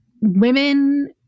women